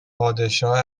پادشاه